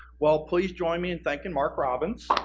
well, please join me in thanking mark robbins.